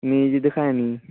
ਨਹੀਂ ਜੀ ਦਿਖਾਇਆ ਨਹੀਂ